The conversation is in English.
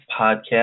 podcast